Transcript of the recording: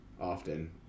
often